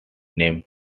name